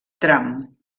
tram